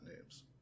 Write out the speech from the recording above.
names